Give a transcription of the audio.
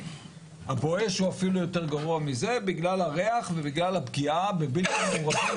ה"בואש" הוא אפילו יותר גרוע מזה בגלל הריח ובגלל הפגיעה בבלתי מעורבים,